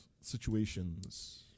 situations